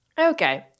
Okay